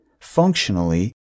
Functionally